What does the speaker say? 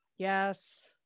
Yes